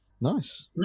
Nice